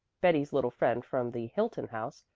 betty's little friend from the hilton house,